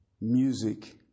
music